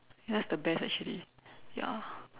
that's the best actually ya